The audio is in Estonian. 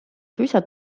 suisa